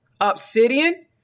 obsidian